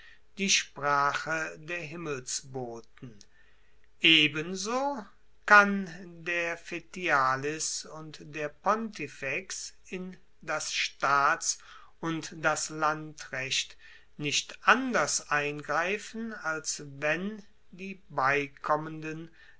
die sprache der himmelsboten ebenso kann der fetialis und der pontifex in das staats und das landrecht nicht anders eingreifen als wenn die beikommenden